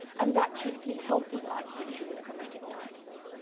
and that chiefly healthy light fiction with chromatic titles,